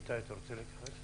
איתי, אתה רוצה להגיד משהו?